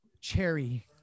Cherry